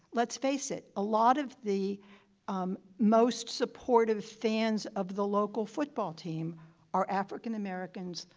let's face it, a lot of the most supportive fans of the local football team are african americans,